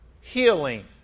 healing